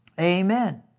Amen